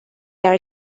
are